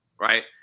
right